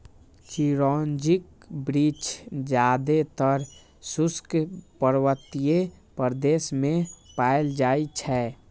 चिरौंजीक वृक्ष जादेतर शुष्क पर्वतीय प्रदेश मे पाएल जाइ छै